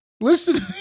Listen